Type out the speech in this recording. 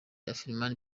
afrifame